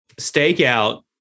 stakeout